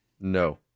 No